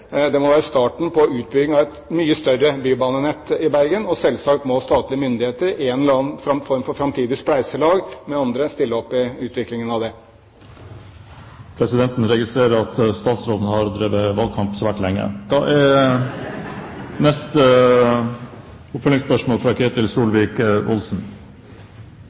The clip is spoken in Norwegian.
Det må være starten på utbyggingen av et mye større bybanenett i Bergen, og selvsagt må statlige myndigheter, i en eller annen form for et framtidig spleiselag med andre, stille opp når det gjelder utviklingen av det. Presidenten registrerer at statsråden har drevet valgkamp svært lenge. Ketil Solvik-Olsen – til oppfølgingsspørsmål.